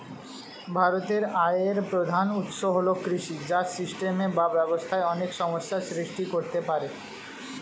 ভারতের আয়ের প্রধান উৎস হল কৃষি, যা সিস্টেমে বা ব্যবস্থায় অনেক সমস্যা সৃষ্টি করতে পারে